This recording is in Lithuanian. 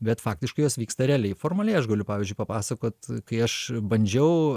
bet faktiškai jos vyksta realiai formaliai aš galiu pavyzdžiui papasakot kai aš bandžiau